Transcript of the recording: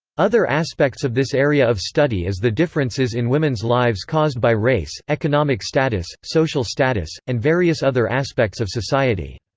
other aspects of this area of study is the differences in women's lives caused by race, economic status, social status, and various other aspects of society.